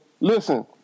Listen